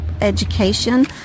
education